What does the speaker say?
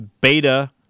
beta